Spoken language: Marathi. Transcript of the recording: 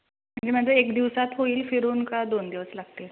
म्हणजे एक दिवसात होईल फिरून का दोन दिवस लागतील